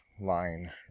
line